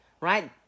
right